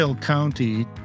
County